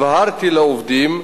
הבהרתי לעובדים,